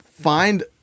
find